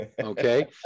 okay